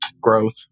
growth